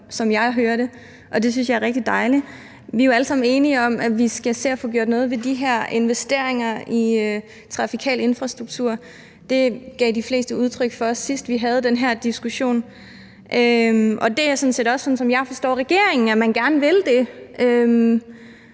som jeg hører det, og det synes jeg er rigtig dejligt. Vi er jo alle sammen enige om, at vi skal se at få gjort noget ved de her investeringer i trafikal infrastruktur. Det gav de fleste udtryk for, sidst vi havde den her diskussion, og det er sådan set også, sådan som jeg forstår regeringen, det, man gerne vil.